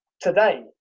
today